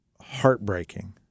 heartbreaking